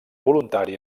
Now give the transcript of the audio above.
voluntari